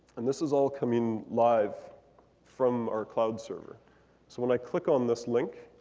and this is all coming live from our cloud server. so when i click on this link,